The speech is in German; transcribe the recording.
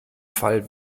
fall